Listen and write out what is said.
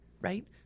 right